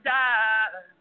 die